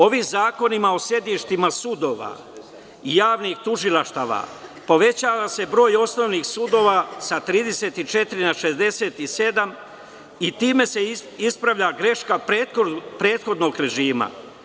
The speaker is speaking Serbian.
Ovim zakonima o sedištima sudova i javnih tužilaštava povećava se broj osnovnih sudova sa 34 na 67 i time se ispravlja greška prethodnog režima.